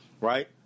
right